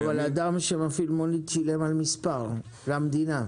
--- אבל אדם שמפעיל מונית שילם על מספר למדינה.